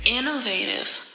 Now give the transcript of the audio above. Innovative